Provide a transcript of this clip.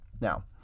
Now